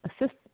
assist